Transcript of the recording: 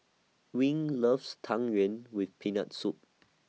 Ewing loves Tang Yuen with Peanut Soup